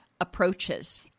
approaches